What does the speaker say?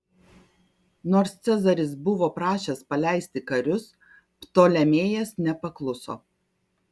nors cezaris buvo prašęs paleisti karius ptolemėjas nepakluso